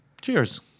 Cheers